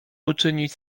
uczynić